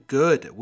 good